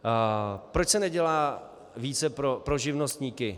A proč se nedělá více pro živnostníky?